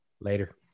Later